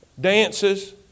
dances